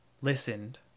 listened